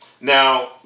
Now